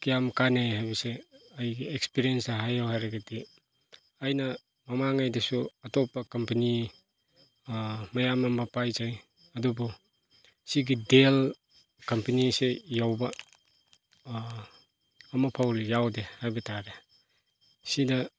ꯀꯌꯥꯝ ꯀꯥꯟꯅꯩ ꯍꯥꯏꯕꯁꯤ ꯑꯩꯒꯤ ꯑꯦꯛꯁꯄꯤꯔꯤꯌꯦꯟꯁꯇ ꯍꯥꯏꯌꯣ ꯍꯥꯏꯔꯒꯗꯤ ꯑꯩꯅ ꯃꯃꯥꯡꯉꯩꯗꯁꯨ ꯑꯇꯣꯞꯄ ꯀꯝꯄꯅꯤ ꯃꯌꯥꯝ ꯑꯃ ꯄꯥꯏꯖꯩ ꯑꯗꯨꯕꯨ ꯁꯤꯒꯤ ꯗꯦꯜ ꯀꯝꯄꯅꯤꯁꯦ ꯌꯧꯕ ꯑꯃꯐꯥꯎ ꯌꯥꯎꯗꯦ ꯍꯥꯏꯕꯇꯥꯔꯦ ꯁꯤꯗ